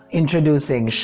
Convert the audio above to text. introducing